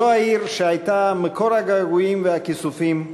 זו העיר שהייתה מקור הגעגועים והכיסופים,